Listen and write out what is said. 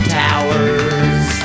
towers